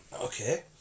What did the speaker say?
Okay